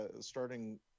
starting